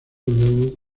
luego